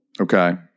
Okay